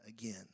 again